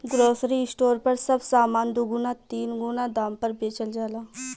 grocery store पर सब सामान दुगुना तीन गुना दाम पर बेचल जाला